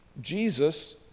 Jesus